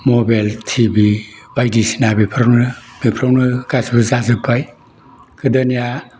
mobile TV बायदिसिना बेफोरावनो गासैबो जाजोब्बाय गोदोनिया